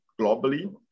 globally